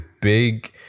big